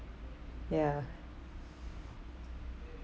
ya